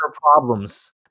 problems